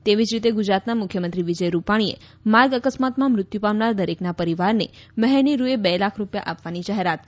એવી જ રીતે ગુજરાતના મુખ્યમંત્રી વિજય રૂપાણીએ માર્ગ અકસ્માતમાં મૃત્યુ પામનાર દરેકના પરિવારને મહેરની રૂચે બે લાખ રૂપિયા આપવાની જાહેરાત કરી છે